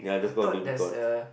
I thought that's a